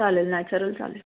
चालेल नॅचरल चालेल